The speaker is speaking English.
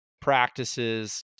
practices